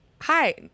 hi